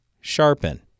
Sharpen